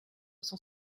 cent